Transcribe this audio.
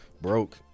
broke